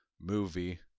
movie